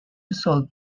resolved